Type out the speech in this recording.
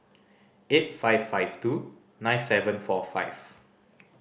eight five five two nine seven four five